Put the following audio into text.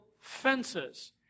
fences